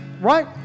right